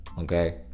Okay